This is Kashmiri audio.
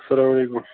اسلامُ علیکُم